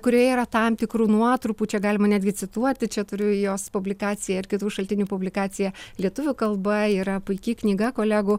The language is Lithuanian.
kurioje yra tam tikrų nuotrupų čia galima netgi cituoti čia turiu jos publikaciją ir kitų šaltinių publikaciją lietuvių kalba yra puiki knyga kolegų